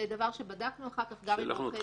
ההסדר שאותו אנחנו מציעים